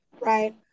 right